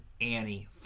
Annie